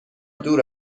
دور